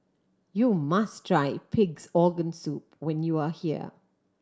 you must try Pig's Organ Soup when you are here